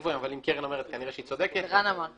מערכת פתוחה.